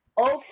okay